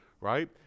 right